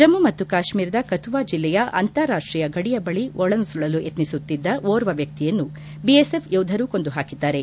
ಜಮ್ನು ಮತ್ತು ಕಾಶ್ವೀರದ ಕತುವಾ ಜಿಲ್ಲೆಯ ಅಂತರಾಷ್ಷೀಯ ಗಡಿಯಲ್ಲಿ ಒಳನುಸುಳಲು ಯತ್ನಿಸುತ್ತಿದ್ದ ಓರ್ವ ವ್ಯಕ್ತಿಯನ್ನು ಬಿಎಸ್ಎಫ್ ಯೋಧರು ಕೊಂದು ಹಾಕಿದ್ದಾರೆ